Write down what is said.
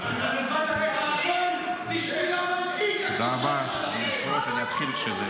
גם רודפים אחרי --- גם רודפים אחרי אנשי שלטון החוק,